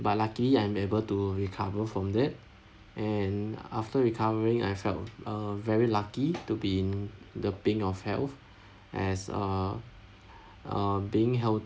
but luckily I'm able to recover from that and after recovering I felt uh very lucky to be in the pink of health as uh uh being heal